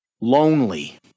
lonely